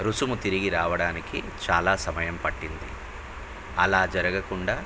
రుసుము తిరిగి రావడానికి చాలా సమయం పట్టింది అలా జరగకుండా